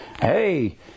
hey